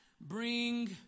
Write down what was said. Bring